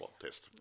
test